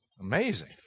amazing